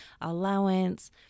allowance